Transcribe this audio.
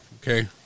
Okay